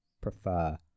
prefer